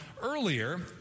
earlier